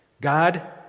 God